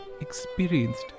experienced